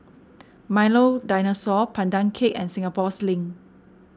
Milo Dinosaur Pandan Cake and Singapore Sling